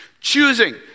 Choosing